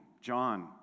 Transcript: John